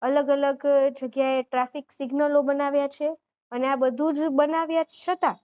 અલગ અલગ જગ્યાએ ટ્રાફિક સિગ્નલો બનાવ્યા છે અને આ બધું જ બનાવ્યા છતાં